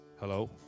Hello